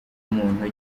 muntu